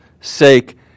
sake